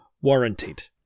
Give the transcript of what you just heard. warranted